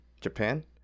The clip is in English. Japan